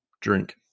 drink